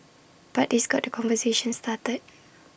but this got the conversation started